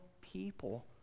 people